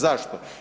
Zašto?